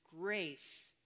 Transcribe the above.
grace